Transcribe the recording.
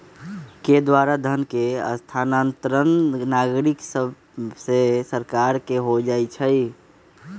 के द्वारा धन के स्थानांतरण नागरिक सभसे सरकार के हो जाइ छइ